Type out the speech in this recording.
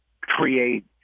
create